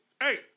hey